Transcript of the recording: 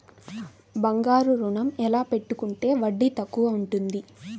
బంగారు ఋణం ఎలా పెట్టుకుంటే వడ్డీ తక్కువ ఉంటుంది?